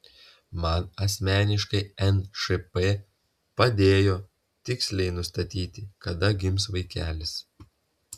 man asmeniškai nšp padėjo tiksliai nustatyti kada gims vaikelis